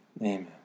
amen